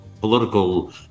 political